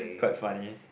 quite funny